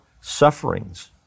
sufferings